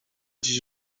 dziś